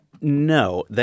No